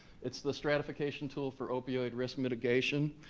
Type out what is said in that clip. it's the stratification tool for opioid risk mitigation,